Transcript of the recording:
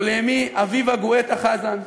ולאמי אביבה גואטה חזן,